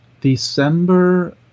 December